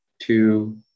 two